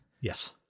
yes